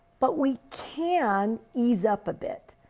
but we can ease up a bit.